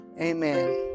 Amen